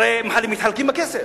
הרי הם מתחלקים בכסף,